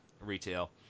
retail